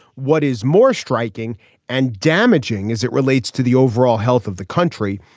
what is more striking and damaging is it relates to the overall health of the country.